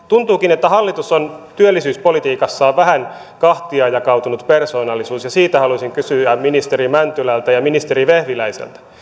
tuntuukin että hallitus on työllisyyspolitiikassaan vähän kahtia jakautunut persoonallisuus ja siitä haluaisin kysyä ministeri mäntylältä ja ministeri vehviläiseltä